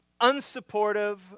unsupportive